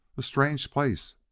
a strange place!